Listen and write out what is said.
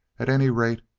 at any rate,